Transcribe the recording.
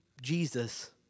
Jesus